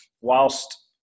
whilst